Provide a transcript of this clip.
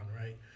right